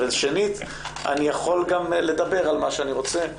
שנית, אני יכול גם לדבר על מה שאני רוצה.